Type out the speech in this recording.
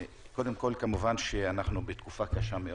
כמובן שאנחנו בתקופה קשה מאוד.